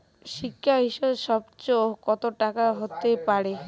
শিক্ষা ঋণ সর্বোচ্চ কত টাকার হতে পারে?